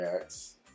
acts